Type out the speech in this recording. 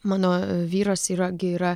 mano vyras yra gi yra